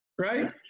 Right